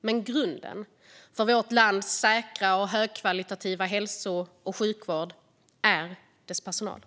men grunden för vårt lands säkra och högkvalitativa hälso och sjukvård är dess personal.